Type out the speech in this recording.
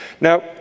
Now